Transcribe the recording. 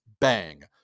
Bang